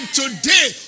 today